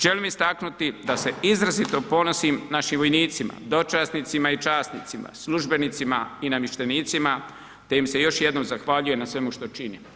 Želim istaknuti da se izrazito ponosim našim vojnicima, dočasnicima i časnicima, službenicima i namještenicima te im se još jednom zahvaljujem na svemu što čine.